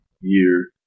year